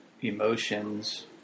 emotions